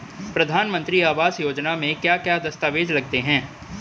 प्रधानमंत्री आवास योजना में क्या क्या दस्तावेज लगते हैं?